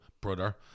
Brother